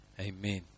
Amen